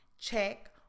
check